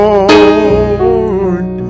Lord